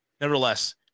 nevertheless